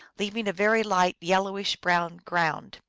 leaving a very light yellowish-brown ground.